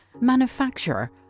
manufacturer